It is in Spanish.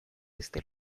desde